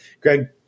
Greg